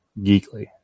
geekly